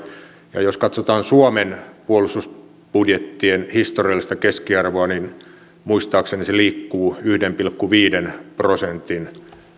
ja jos katsotaan suomen puolustusbudjettien historiallista keskiarvoa niin muistaakseni se liikkuu yhden pilkku viiden prosentin